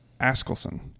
Askelson